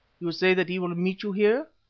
you say that he will meet you here.